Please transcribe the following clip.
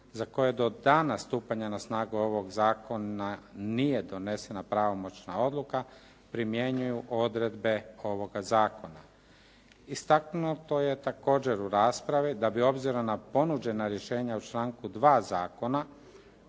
za koje do dana stupanja na snagu ovog zakona nije donesena pravomoćna odluka primjenjuju odredbe ovoga zakona. Istaknuto je također u raspravi da bi obzirom na ponuđena rješenja u članku 2. zakona